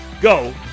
go